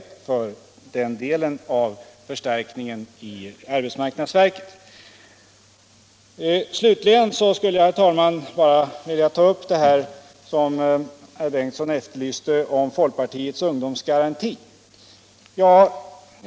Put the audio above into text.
Nu blir den delen av arbetsmarknadsverkets förstärkning alltså verklighet. Herr Bengtsson efterlyste folkpartiets ungdomsgaranti.